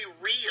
real